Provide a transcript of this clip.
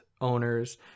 owners